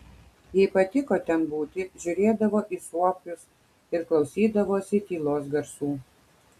jai patiko ten būti žiūrėdavo į suopius ir klausydavosi tylos garsų